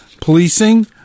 policing